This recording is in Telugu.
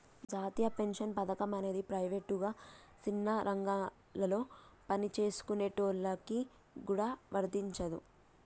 జాతీయ పెన్షన్ పథకం అనేది ప్రైవేటుగా సిన్న రంగాలలో పనిచేసుకునేటోళ్ళకి గూడా వర్తించదు